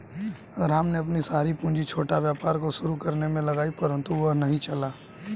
राम ने अपनी सारी पूंजी छोटा व्यापार को शुरू करने मे लगाई परन्तु वह नहीं चला